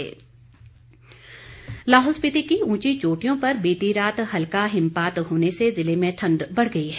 मौसम लाहौल स्पीति की ऊंची चोटियों पर बीती रात हल्का हिमपात होने से जिले में ठंड बढ़ गई है